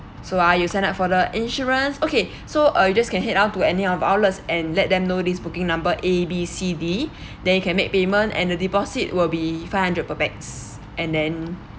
so uh you signed up for the insurance okay so uh you just can head out to any of our outlets and let them know this booking number A B C D then you can make payment and uh deposit will be five hundred per pax and then